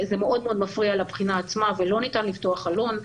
זה מאוד-מאוד מפריע לבחינה עצמה ולא ניתן לפתוח חלון.